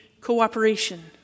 cooperation